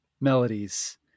melodies